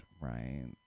right